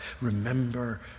remember